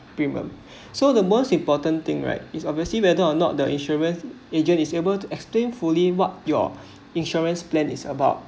premium so the most important thing right is obviously whether or not the insurance agent is able to extreme fully what your insurance plan is about